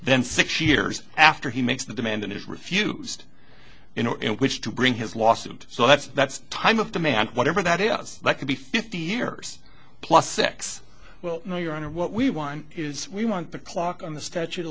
then six years after he makes the demand and is refused in which to bring his lawsuit so that's that's time of demand whatever that is that could be fifty years plus x well no your honor what we want is we want the clock on the statute of